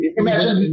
imagine